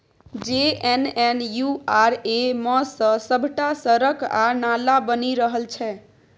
JNNURM सँ सभटा सड़क आ नाला बनि रहल छै